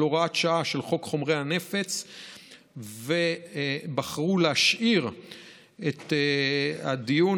הוראת שעה של חוק חומרי הנפץ ובחרו להשאיר את הדיון,